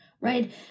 right